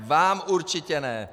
Vám určitě ne.